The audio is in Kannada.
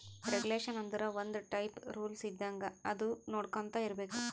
ರೆಗುಲೇಷನ್ ಆಂದುರ್ ಒಂದ್ ಟೈಪ್ ರೂಲ್ಸ್ ಇದ್ದಂಗ ಅದು ನೊಡ್ಕೊಂತಾ ಇರ್ಬೇಕ್